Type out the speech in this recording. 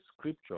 scripture